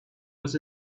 was